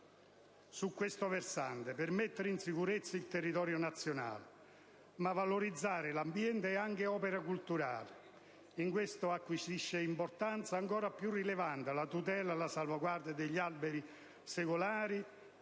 su questo versante per mettere in sicurezza il territorio nazionale. Ma valorizzare l'ambiente è anche opera culturale. In questo senso, acquisisce importanza ancora più rilevante la tutela e la salvaguardia degli alberi secolari,